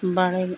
बड़े